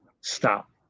stop